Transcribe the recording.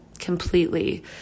completely